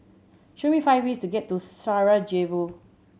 show me five ways to get to Sarajevo